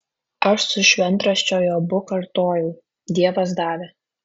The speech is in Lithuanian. aš su šventraščio jobu kartoju dievas davė